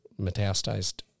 metastasized